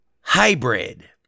hybrid